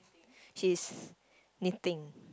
he's knitting